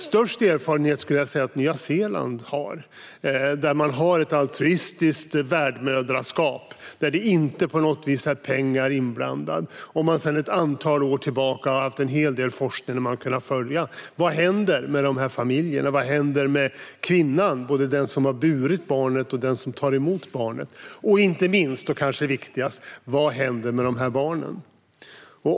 Störst erfarenhet har Nya Zeeland där man har ett altruistiskt värdmoderskap som metod och pengar inte på något vis är inblandade. Sedan ett antal år tillbaka har man gjort en hel del forskning där man har följt detta och tittat på: Vad händer med de här familjerna? Vad händer med kvinnan - både den som har burit barnet och den som tar emot barnet? Och inte minst och kanske viktigast: Vad händer med de här barnen?